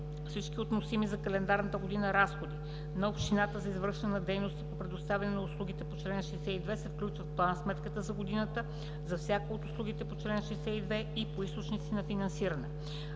Всички относими за календарната година разходи на общината за извършване на дейности по предоставяне на услугите по чл. 62 се включват в план-сметка за годината за всяка от услугите по чл. 62 и по източници на финансиране.